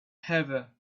heather